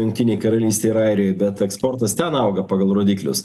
jungtinėj karalystėj ir airijoj bet eksportas ten auga pagal rodiklius